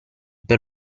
per